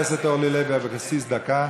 חברת הכנסת אורלי לוי אבקסיס, דקה,